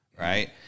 Right